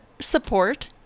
support